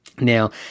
Now